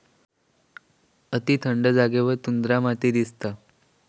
अती थंड जागेवर टुंड्रा माती दिसता